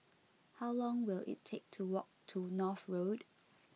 how long will it take to walk to North Road